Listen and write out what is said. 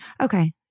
Okay